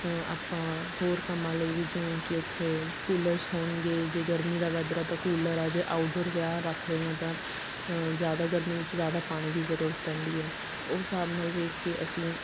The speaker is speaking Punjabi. ਆਪਾਂ ਹੋਰ ਕੰਮਾਂ ਲਈ ਵੀ ਜਿਵੇਂ ਕਿ ਉੱਥੇ ਕੂਲਰਸ ਹੋਣਗੇ ਜੇ ਗਰਮੀ ਦਾ ਵੈਦਰ ਆ ਤਾਂ ਕੂਲਰ ਆ ਜੇ ਆਊਟਡੋਰ ਵਿਆਹ ਰੱਖ ਰਹੇ ਹਾਂ ਤਾਂ ਜ਼ਿਆਦਾ ਗਰਮੀ ਵਿੱਚ ਜ਼ਿਆਦਾ ਪਾਣੀ ਦੀ ਜ਼ਰੂਰਤ ਪੈਂਦੀ ਹੈ ਉਹ ਹਿਸਾਬ ਨਾਲ ਵੇਖ ਕੇ ਅਸੀਂ